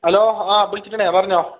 hello ആ ബിളിച്ചിട്ടുണ്ടായിന പറഞ്ഞോളൂ